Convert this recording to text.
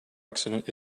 accident